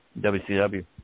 WCW